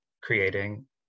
creating